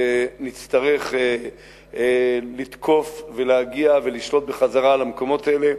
ונצטרך לתקוף ולהגיע ולשלוט בחזרה על המקומות האלה,